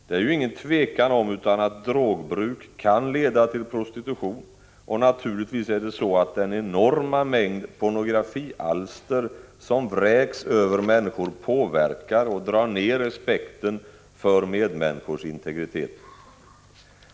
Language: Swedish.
Det är inget tvivel om att drogbruk kan leda till prostitution, och den enorma mängd pornografialster som vräks över människor påverkar och drar naturligtvis ner respekten för medmänniskors integritet.